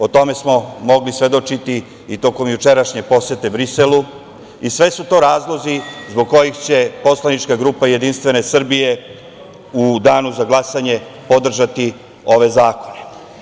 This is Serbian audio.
O tome smo mogli svedočiti i tokom jučerašnje posete Briselu i sve su to razlozi zbog kojih će poslanička grupa Jedinstvene Srbije u danu za glasanje podržati ove zakone.